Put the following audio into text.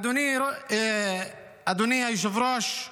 אדוני היושב-ראש,